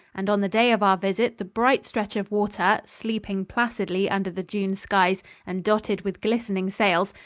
and on the day of our visit the bright stretch of water, sleeping placidly under the june skies and dotted with glistening sails,